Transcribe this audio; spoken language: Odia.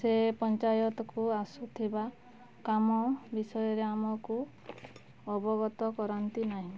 ସେ ପଞ୍ଚାୟତକୁ ଆସୁଥିବା କାମ ବିଷୟରେ ଆମକୁ ଅବଗତ କରାନ୍ତି ନାହିଁ